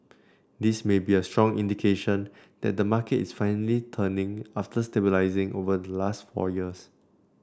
this may be a strong indication that the market is finally turning after stabilising over the last four years